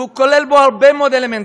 והוא כולל בו הרבה מאוד אלמנטים.